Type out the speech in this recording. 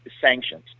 Sanctions